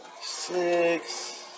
six